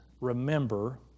remember